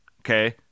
okay